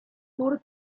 sur